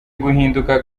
guhinduka